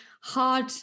hard